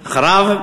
אחריו,